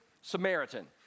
Samaritan